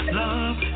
love